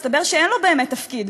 הסתבר שאין לו באמת תפקיד,